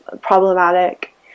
problematic